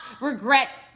regret